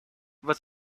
but